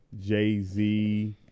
Jay-Z